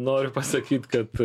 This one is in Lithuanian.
noriu pasakyt kad